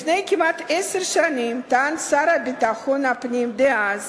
לפני כמעט עשר שנים טען השר לביטחון הפנים דאז